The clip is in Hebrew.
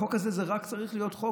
החוק הזה צריך להיות רק אם,